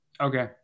Okay